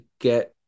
get